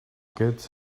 good